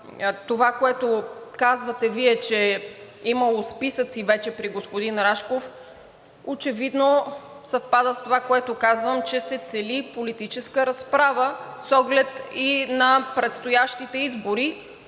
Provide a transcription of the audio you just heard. това, което казвате Вие, че имало списъци вече при господин Рашков, очевидно съвпада с това, което казвам, че се цели политическа разправа с оглед и на предстоящите избори.